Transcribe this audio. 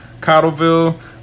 Cottleville